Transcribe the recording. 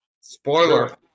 Spoiler